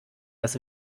das